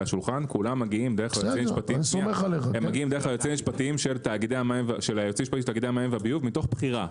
השולחן כולם מגיעים דרך יועצים משפטיים של תאגידי המים והביוב מתוך בחירה.